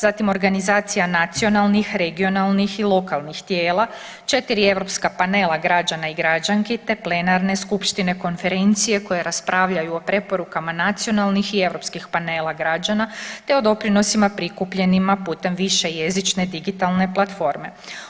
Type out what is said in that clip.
Zatim, organizacija nacionalnih, regionalnih i lokalnih tijela, četiri europska panela građana i građanki te plenarne skupštine, konferencije koje raspravljaju o preporukama nacionalnih i europskih panela građana, te o doprinosima prikupljenima putem višejezične digitalne platforme.